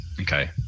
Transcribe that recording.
Okay